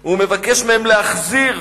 הוא מבקש מהם להחזיר